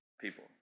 People